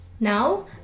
Now